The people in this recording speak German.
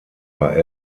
bei